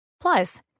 Plus